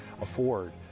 afford